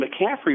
McCaffrey